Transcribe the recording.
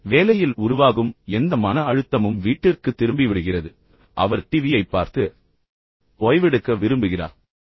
வேலையில் உருவாகும் எந்த மன அழுத்தமும் வீட்டிற்குத் திரும்பி விடுகிறது அவர் டிவியைப் பார்த்து ஓய்வெடுக்க விரும்புகிறார்